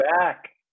back